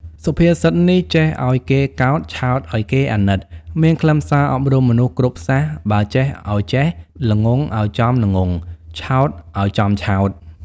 សុភាសិតនេះ ចេះឲ្យគេកោត ឆោតឲ្យគេអាណិត មានខ្លឹមសារអប់រំមនុស្សគ្រប់សាសន៍ បើចេះអោយចេះ ល្ងង់អោយចំល្ងង់ ឆោតអោយចំឆោត។